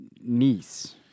niece